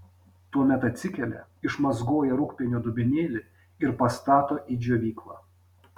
tuomet atsikelia išmazgoja rūgpienio dubenėlį ir pastato į džiovyklą